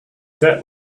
that